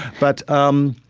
but um